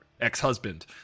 ex-husband